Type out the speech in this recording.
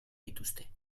dituzte